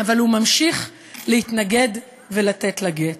אבל הוא ממשיך להתנגד לתת לה גט: